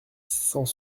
cent